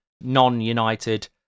non-United